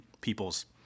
people's